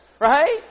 right